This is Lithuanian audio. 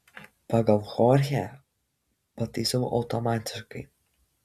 pagal chorchę pataisau automatiškai